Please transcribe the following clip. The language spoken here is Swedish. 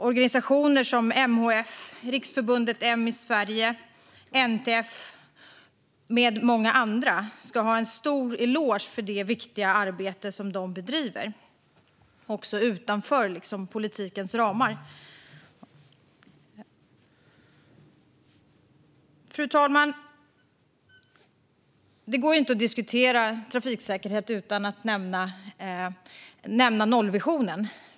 Organisationer som MHF, Riksförbundet M Sverige, NTF och många andra ska ha en stor eloge för det viktiga arbete som de bedriver, också utanför politikens ramar. Fru talman! Det går inte att diskutera trafiksäkerhet utan att nämna nollvisionen.